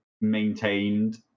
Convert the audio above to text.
maintained